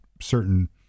certain